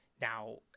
Now